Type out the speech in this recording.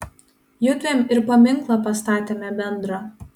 jiedviem ir paminklą pastatėme bendrą